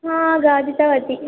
हा खादितवती